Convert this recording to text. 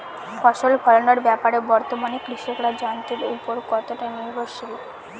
ফসল ফলানোর ব্যাপারে বর্তমানে কৃষকরা যন্ত্রের উপর কতটা নির্ভরশীল?